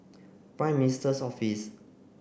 prime minister's office